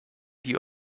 die